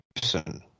person